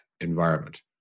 environment